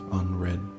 unread